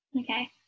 Okay